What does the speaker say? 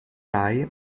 rai